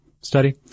study